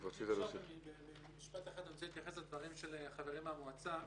אני רוצה להתייחס לדברים של חברי מהמועצה.